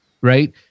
right